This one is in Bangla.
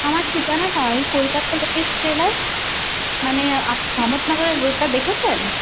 আমার ঠিকানাটা ওই কলকাতা লেডিস টেলার্স মানে মহম্মদ নগরের রোডটা দেখেছেন